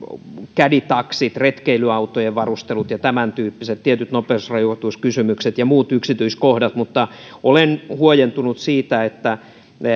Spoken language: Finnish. caddy taksit retkeilyautojen varustelut ja tämäntyyppiset tietyt nopeusrajoituskysymykset ja muut yksityiskohdat mutta olen huojentunut siitä että